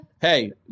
Hey